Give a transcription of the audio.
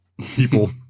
people